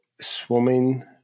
swimming